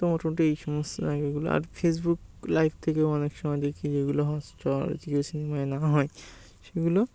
তো মোটামুটি এই সমস্ত জায়গাগুলো আর ফেসবুক লাইভ থেকেও অনেক সময় দেখি যেগুলো হটস্টার জিও সিনেমায় না হয় সেগুলো